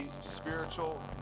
spiritual